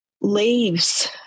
leaves